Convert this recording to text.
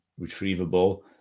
retrievable